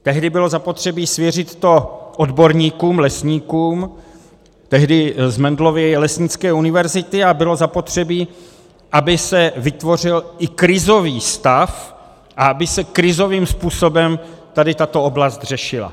Tehdy bylo zapotřebí svěřit to odborníkům, lesníkům, tehdy z Mendelovy lesnické univerzity, a bylo zapotřebí, aby se vytvořil i krizový stav a aby se krizovým způsobem tady tato oblast řešila.